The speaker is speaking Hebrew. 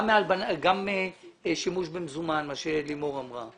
גם שימוש במזומן עליו דיברה לימור,